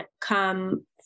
come